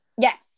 Yes